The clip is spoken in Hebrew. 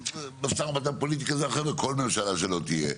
משא או מתן פוליטי כזה או אחר בכל ממשלה שלא תהיה,